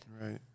Right